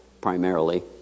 primarily